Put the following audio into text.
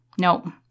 No